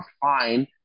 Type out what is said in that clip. fine